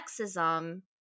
sexism